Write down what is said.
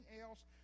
else